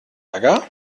ärger